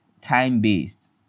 time-based